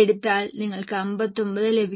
എടുത്താൽ നിങ്ങൾക്ക് 59 ലഭിക്കും